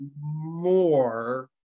more